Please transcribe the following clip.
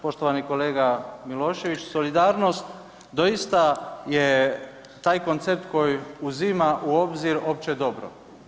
Poštovani kolega Milošević, solidarnost doista je taj koncept koji uzima u obzir opće dobro.